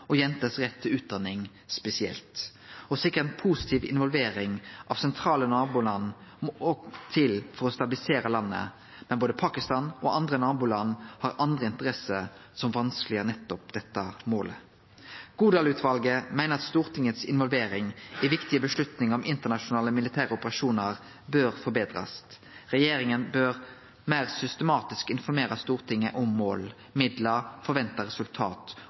og jenters rett til utdanning spesielt. Å sikre ei positiv involvering av sentrale naboland må òg til for å stabilisere landet, men både Pakistan og andre naboland har andre interesser som gjer nettopp dette målet vanskeleg. Godal-utvalet meiner at Stortingets involvering i viktige vedtak om internasjonale militære operasjonar bør forbetrast. Regjeringa bør meir systematisk informere Stortinget om mål, midlar, forventa resultat